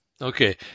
okay